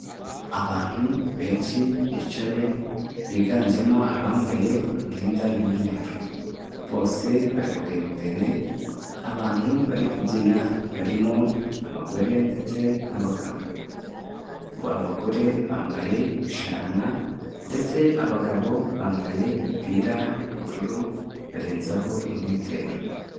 Abantu benshi bicaye biganjemo abambaye imyenda y'umweru, bose bari kureba imbere, abantu bari kubyina barimo abagore ndetse n'abagabo, abagore bambaye imishanana ndetse abagabo bambaye imipira y'ubururu barenzaho imyitero.